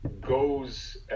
goes